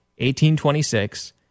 1826